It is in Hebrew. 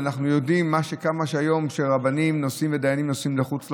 ואנחנו יודעים כמה היום רבנים ודיינים נוסעים לחוץ ארץ,